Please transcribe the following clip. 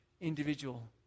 individual